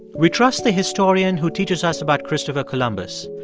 we trust the historian who teaches us about christopher columbus.